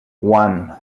one